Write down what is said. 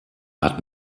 hat